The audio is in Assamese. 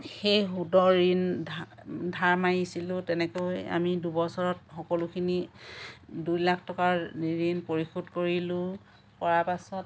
সেই সুতৰ ঋণ ধাৰ মাৰিছিলোঁ তেনেকৈ আমি দুবছৰত সকলোখিনি দুই লাখ টকাৰ ঋণ পৰিশোধ কৰিলোঁ কৰাৰ পাছত